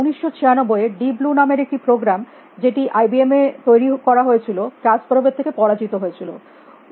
1996 এ Deep Blue নামের একটি প্রোগ্রাম যেটি আইবিএম এ তৈরী করা হয়েছিল কাসপারভের থেকে পরাজিত হয়েছিল